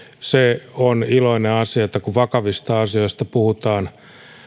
se on iloinen asia että kun vakavista asioista puhutaan